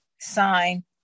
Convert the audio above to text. Sign